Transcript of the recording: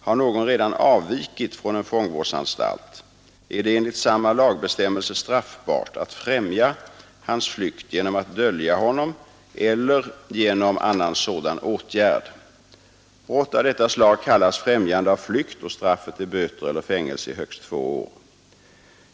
Har någon redan avvikit från en fångvårdsanstalt är det enligt samma lagbestämmelse straffbart att främja hans flykt genom att dölja honom eller genom annan sådan åtgärd. Brott av detta slag kallas främjande av flykt och straffet är böter eller fängelse i högst två år.